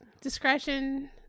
discretion